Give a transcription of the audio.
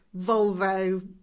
Volvo